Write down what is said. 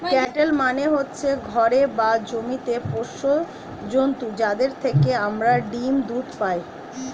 cattle মানে হচ্ছে ঘরে বা জমিতে পোষ্য জন্তু যাদের থেকে আমরা ডিম, দুধ পাই